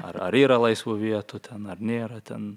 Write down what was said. ar ar yra laisvų vietų ten ar nėra ten